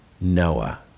Noah